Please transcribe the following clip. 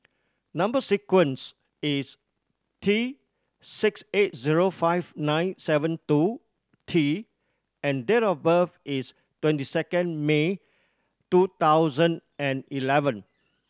number sequence is T six eight zero five nine seven two T and date of birth is twenty second May two thousand and eleven